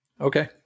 Okay